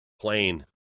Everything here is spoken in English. Plane